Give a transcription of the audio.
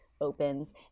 opens